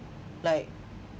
like